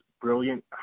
brilliant